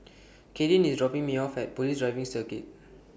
Kadyn IS dropping Me off At Police Driving Circuit